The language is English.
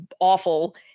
awful